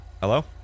hello